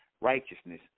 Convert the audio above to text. Righteousness